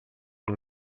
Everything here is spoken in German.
und